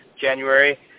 January